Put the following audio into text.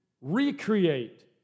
recreate